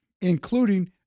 including